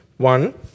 One